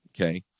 okay